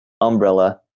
umbrella